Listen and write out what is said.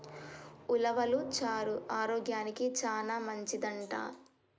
ఉలవలు చారు ఆరోగ్యానికి చానా మంచిదంట